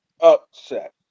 Upset